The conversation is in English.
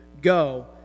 go